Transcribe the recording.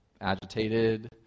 agitated